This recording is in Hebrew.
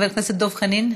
חבר הכנסת דב חנין.